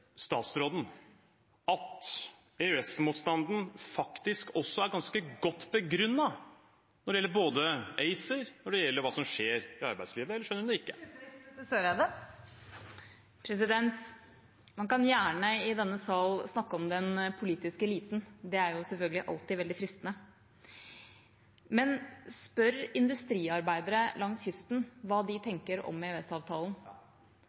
at EØS-motstanden faktisk er ganske godt begrunnet både når det gjelder ACER, og når det gjelder hva som skjer i arbeidslivet – eller skjønner hun det ikke? Man kan gjerne i denne sal snakke om den politiske eliten – det er selvfølgelig alltid veldig fristende. Men spør industriarbeidere langs kysten hva de